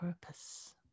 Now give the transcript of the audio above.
purpose